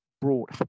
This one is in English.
brought